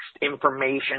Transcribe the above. information